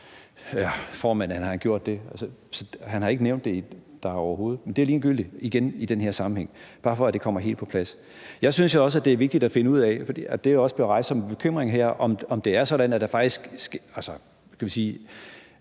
at han har gjort det; han har ikke nævnt det dér, overhovedet. Men igen, det er ligegyldigt i den her sammenhæng; det er bare, for at det kommer helt på plads. Jeg synes jo også, at det er vigtigt at finde ud af – og det er også blevet rejst som en bekymring her – om det er sådan, at det faktisk er